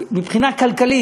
מבחינה כלכלית,